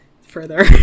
further